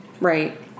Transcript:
right